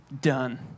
done